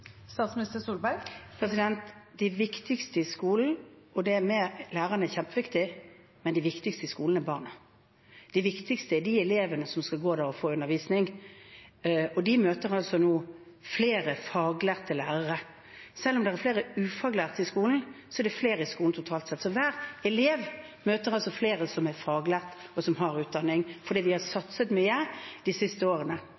Lærerne er kjempeviktige, men de viktigste i skolen er barna. Det viktigste er de elevene som skal gå der og få undervisning. De møter nå flere faglærte lærere. Selv om det er flere ufaglærte i skolen, er det flere i skolen totalt sett. Hver elev møter altså flere som er faglærte og som har utdanning, fordi vi har satset mye de siste årene.